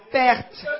perte